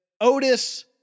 Otis